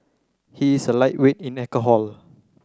he is a lightweight in alcohol